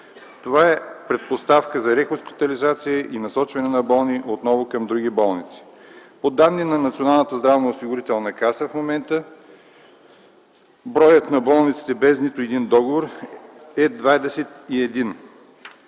Това е предпоставка за рехоспитализация и насочване на болни отново към други болници. По данни на Националната здравноосигурителна каса в момента броят на болниците без нито един договор е 21.